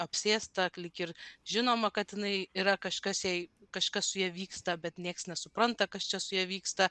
apsėsta lyg ir žinoma kad jinai yra kažkas jai kažkas su ja vyksta bet nieks nesupranta kas čia su ja vyksta